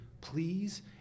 please